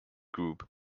group